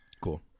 Cool